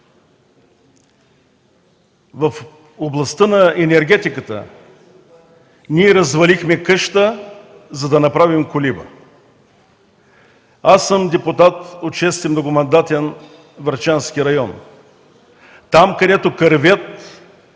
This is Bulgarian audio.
В областта на енергетиката ние развалихме къща, за да направим колиба. Аз съм депутат от 6.многомандатен Врачански район – там, където кървят